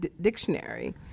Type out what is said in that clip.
Dictionary